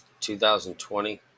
2020